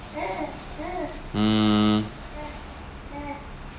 mm